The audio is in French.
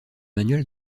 manuel